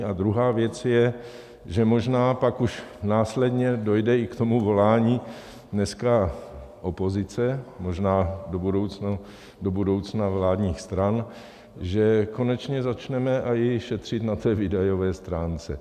A druhá věc je, že možná pak už následně dojde i k tomu volání dnešní opozice, možná do budoucna vládních stran, že konečně začneme aj šetřit na té výdajové stránce.